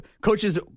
coaches –